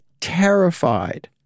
terrified